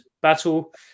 battle